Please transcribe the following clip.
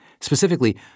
Specifically